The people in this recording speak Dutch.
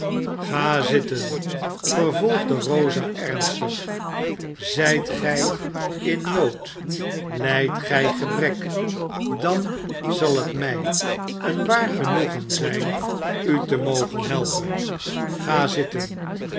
ga zitten vervolgde rosa ernstig zijt gij in nood lijdt gij gebrek dan zal het mij een waar genoegen zijn u te mogen helpen oa zitten